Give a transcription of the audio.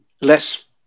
less